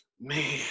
man